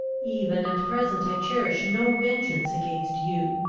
even at present i cherish no vengeance against you.